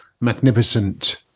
magnificent